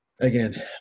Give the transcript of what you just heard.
again